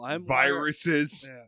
viruses